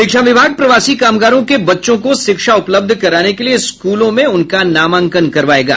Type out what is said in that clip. शिक्षा विभाग प्रवासी कामगारों के बच्चों को शिक्षा उपलब्ध कराने के लिये स्कूलों में उनका नामांकन करवायेगा